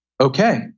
okay